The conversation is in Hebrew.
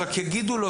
רק יגידו לו,